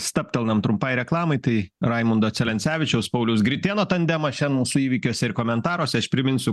stabtelnam trumpai reklamai tai raimundo celencevičiaus pauliaus gritėno tandemas šiandien mūsų įvykiuose ir komentaruose aš priminsiu